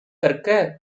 கற்க